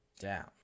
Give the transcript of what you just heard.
down